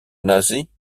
nazi